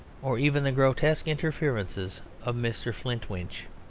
or even the grotesque interferences of mr. flintwinch.